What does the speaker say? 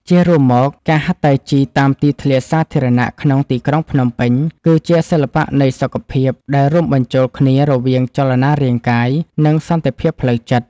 ជារួមមក ការហាត់តៃជីតាមទីធ្លាសាធារណៈក្នុងទីក្រុងភ្នំពេញគឺជា សិល្បៈនៃសុខភាព ដែលរួមបញ្ចូលគ្នារវាង ចលនារាងកាយ និងសន្តិភាពផ្លូវចិត្ត។